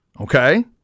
Okay